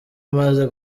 imaze